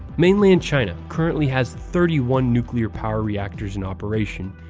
mainland china currently has thirty one nuclear power reactors in operation,